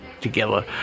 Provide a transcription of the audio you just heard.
together